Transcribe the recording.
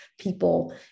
people